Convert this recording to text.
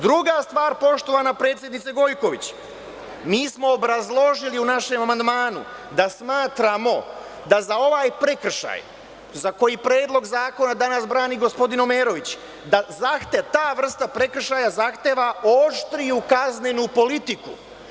Druga stvar, poštovana predsednice Gojković, mi smo obrazložili u našem amandmanu da smatramo da za ovaj prekršaj za koji Predlog zakona danas brani gospodin Omerović, ta vrsta prekršaja zahteva oštriju kaznenu politiku.